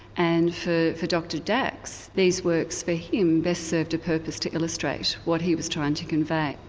and for for dr dax, these works for him best served a purpose to illustrate what he was trying to convey.